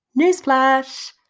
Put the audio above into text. Newsflash